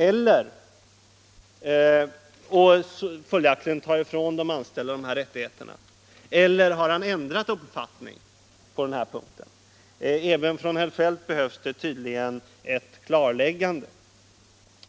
Eller har han ändrat uppfattning på den här punkten? Även från herr Feldt behövs det tydligen ett klarläggande.